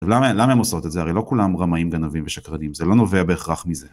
למה הם עושות את זה? הרי לא כולם רמאים גנבים ושקרנים, זה לא נובע בהכרח מזה.